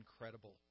incredible